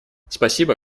спасибо